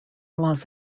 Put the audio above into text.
los